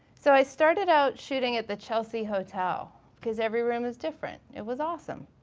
so i started out shooting at the chelsea hotel cause every room is different, it was awesome.